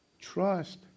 trust